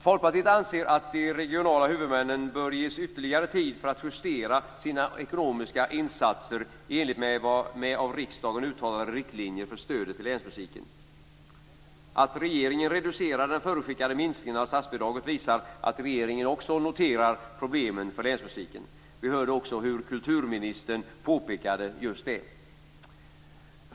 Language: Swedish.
Folkpartiet anser att de regionala huvudmännen bör ges ytterligare tid för att justera sina ekonomiska insatser i enlighet med av riksdagen uttalade riktlinjer för stödet till länsmusiken. Att regeringen reducerar den förutskickade minskningen av statsbidraget visar att regeringen också noterar problemen för länsmusiken. Vi hörde också hur kulturministern påpekade just detta.